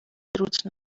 روت